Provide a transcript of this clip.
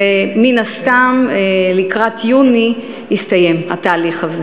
מן הסתם לקראת יוני יסתיים התהליך הזה.